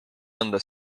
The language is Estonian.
anda